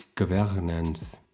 governance